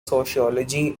sociology